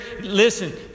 listen